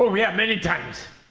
oh yeah, many times.